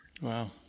Wow